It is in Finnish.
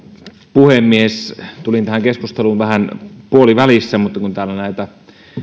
puhemies tulin tähän keskusteluun vähän puolivälissä mutta kun täällä näitä